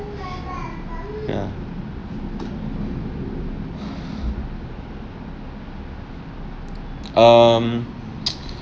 ya um